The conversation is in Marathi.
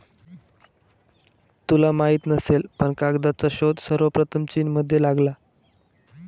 तुला माहित नसेल पण कागदाचा शोध सर्वप्रथम चीनमध्ये लागला